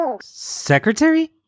Secretary